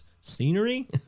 scenery